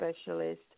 specialist